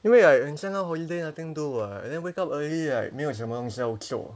因为 like 现在 now holiday nothing do [what] and then wake up early like 没有什么东西要做